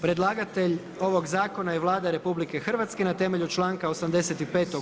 Predlagatelj ovog zakona je Vlada RH na temelju članka 85.